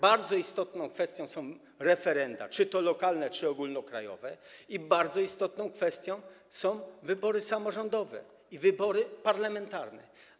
Bardzo istotną kwestią są referenda, czy to lokalne, czy ogólnokrajowe, i bardzo istotną kwestią są wybory samorządowe i wybory parlamentarne.